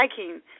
hiking